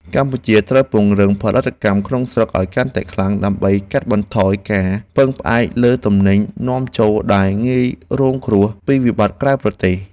កម្ពុជាត្រូវពង្រឹងផលិតកម្មក្នុងស្រុកឱ្យកាន់តែខ្លាំង ដើម្បីកាត់បន្ថយការពឹងផ្អែកលើទំនិញនាំចូលដែលងាយរងគ្រោះពីវិបត្តិក្រៅប្រទេស។